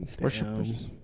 Worshippers